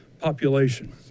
population